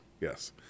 Yes